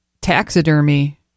taxidermy